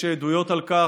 יש עדויות על כך,